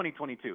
2022